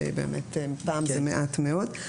כי באמת פעם זה מעט מאוד.